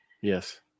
Yes